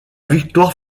victoire